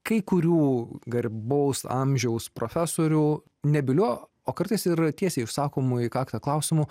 kai kurių garbaus amžiaus profesorių nebyliu o kartais ir tiesiai išsakomu į kaktą klausimu